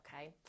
okay